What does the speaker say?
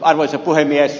arvoisa puhemies